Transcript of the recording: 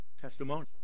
Testimony